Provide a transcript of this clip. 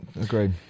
agreed